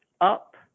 up